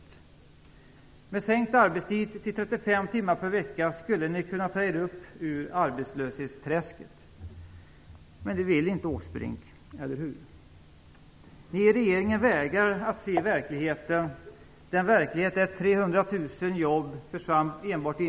Genom att sänka arbetstiden till 35 timmar per vecka skulle ni kunna ta er upp ur arbetslöshetsträsket. Men det vill inte Åsbrink, eller hur? Ni i regeringen vägrar se verkligheten, den verklighet där 90-talet.